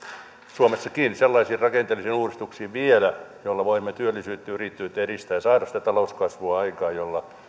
suomessakin sellaisiin rakenteellisiin uudistuksiin vielä joilla voimme työllisyyttä ja yrittäjyyttä edistää ja saada sitä talouskasvua aikaan joilla